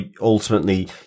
ultimately